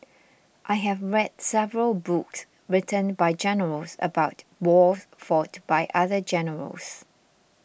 I have read several books written by generals about wars fought by other generals